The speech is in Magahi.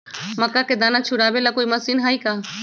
मक्का के दाना छुराबे ला कोई मशीन हई का?